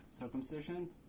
circumcision